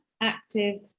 active